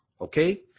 okay